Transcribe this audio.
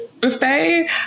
buffet